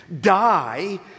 Die